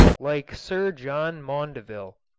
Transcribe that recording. like sir john maundeville,